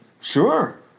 Sure